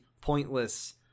pointless